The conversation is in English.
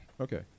Okay